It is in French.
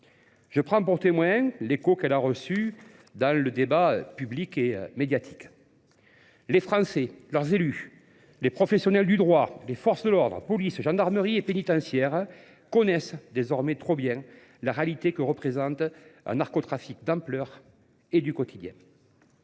Je prends pour témoignage l'écho qu'elle a reçu dans le débat public et médiatique. Les Français, leurs élus, les professionnels du droit, les forces de l'ordre, la police, la gendarmerie et les pénitentiaires connaissent désormais trop bien la réalité que représente un narcotrafique d'ampleur et du quotidien.